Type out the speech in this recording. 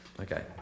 okay